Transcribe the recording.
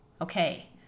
Okay